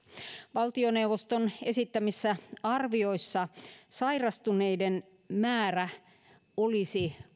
valtioneuvoston esittämissä arvioissa sairastuneiden määrä olisi